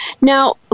Now